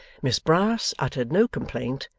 miss brass uttered no complaint,